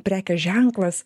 prekės ženklas